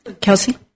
Kelsey